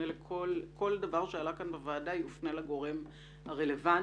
כל דבר שעלה כאן בוועדה, יופנה לגורם הרלוונטי.